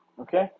okay